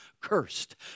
cursed